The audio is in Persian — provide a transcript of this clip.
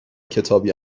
کتابی